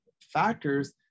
factors